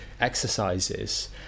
exercises